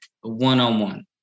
one-on-one